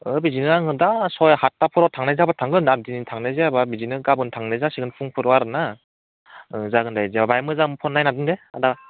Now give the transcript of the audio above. अ बिदिनो आङो दा सय हाथथाफोराव थांनाय जाबा थांगोन दा दिनै थांनाय जायाबा बिदिनो गाबोन थांनाय जासिगोन फुंफोराव आरोना ओं जागोन दे बिदिबा बाहाय मोजांखौ नायना दोन दे आदा